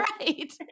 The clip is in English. right